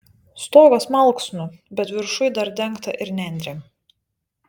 stogas malksnų bet viršuj dar dengta ir nendrėm